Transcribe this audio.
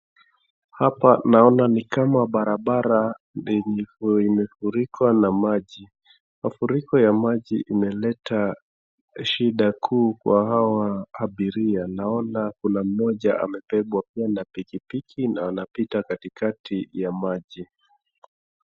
Hapa naona ni kama barabara lilikuwa limefurika na maji. Mafuriko ya maji imeleta shida kuu kwa hawa abiria naona kuna mmoja amebebwa na pikipiki na wanapita katikati ya maji.